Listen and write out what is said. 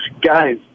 Guys